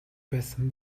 байсан